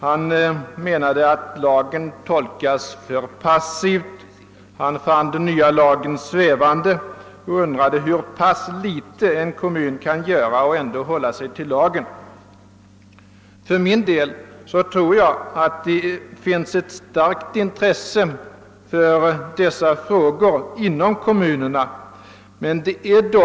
Han sade att lagen tolkas för passivt, han fann den nya lagen svävande och undrade hur pass litet en kommun kan göra men ändå hålla sig till lagen. För min del tror jag att det finns ett starkt intresse inom kommunerna för dessa frågor.